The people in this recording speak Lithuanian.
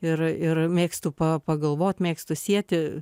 ir ir mėgstu pagalvoti mėgstu sieti